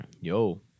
Yo